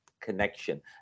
connection